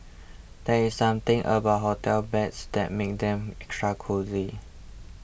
there is something about hotel beds that makes them extra cosy